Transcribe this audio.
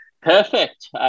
Perfect